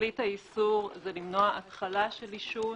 תכלית האיסור הוא למנוע התחלת עישון